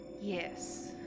Yes